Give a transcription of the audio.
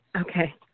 Okay